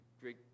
great